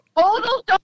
total